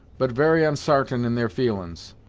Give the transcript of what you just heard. but very unsartain in their feelin's!